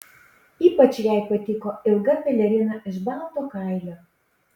ypač jai patiko ilga pelerina iš balto kailio